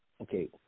Okay